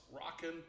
rocking